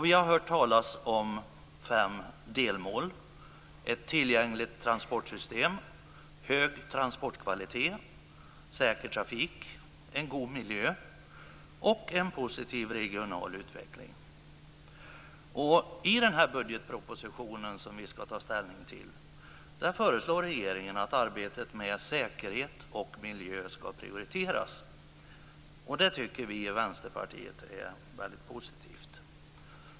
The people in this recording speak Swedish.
Vi har hört talas om fem delmål: ett tillgängligt transportsystem, hög transportkvalitet, säker trafik, en god miljö och en positiv regional utveckling. I den budgetproposition som vi skall ta ställning till föreslår regeringen att arbetet med säkerhet och miljö skall prioriteras, och det tycker vi i Vänsterpartiet är väldigt positivt.